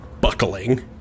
buckling